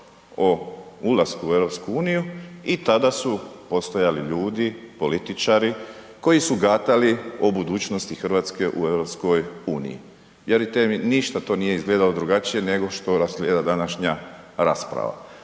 o ulasku u EU i tada su postojali ljudi, političari koji su gatali o budućnosti Hrvatske u EU. Vjerujte mi ništa to nije izgledalo drugačije nego što izgleda današnja rasprava.